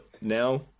now